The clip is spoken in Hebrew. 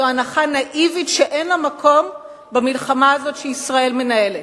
זו הנחה נאיבית שאין לה מקום במלחמה הזאת שישראל מנהלת.